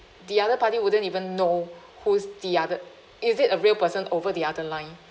the other party wouldn't even know who's the other is it a real person over the other line